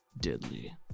Deadly